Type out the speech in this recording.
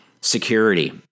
security